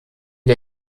der